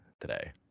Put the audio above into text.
today